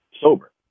sober